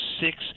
six